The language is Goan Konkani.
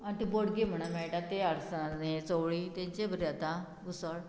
आनी ती बोडगी म्हणून मेळटा ते आडसाण हे चवळी तेंचे बरी येता उसळ